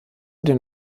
den